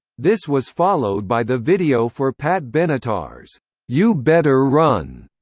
this was followed by the video for pat benatar's you better run.